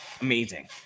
Amazing